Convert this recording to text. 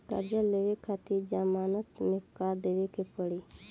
कर्जा लेवे खातिर जमानत मे का देवे के पड़ी?